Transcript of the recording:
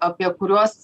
apie kuriuos